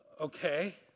Okay